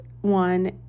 one